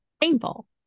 painful